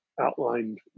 outlined